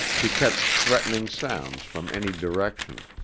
to catch threatening sounds from any direction.